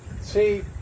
See